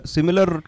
Similar